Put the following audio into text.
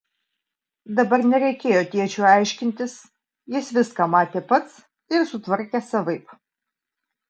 dabar nereikėjo tėčiui aiškintis jis viską matė pats ir sutvarkė savaip